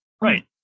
right